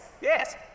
Yes